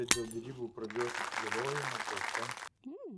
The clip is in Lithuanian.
bet dėl derybų pradžios atidėliojimo kalta